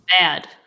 bad